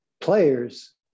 players